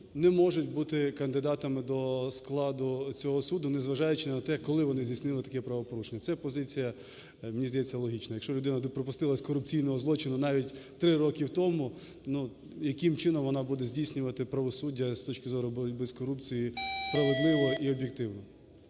не можуть бути кандидатами до складу цього суду, незважаючи на те, коли вони здійснили таке правопорушення. Це позиція, мені здається, логічною. Якщо людина припустилась корупційного злочину навіть 3 роки тому, яким чином вона буде здійснювати правосуддя з точки зору без корупції справедливо і об'єктивно?